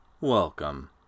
welcome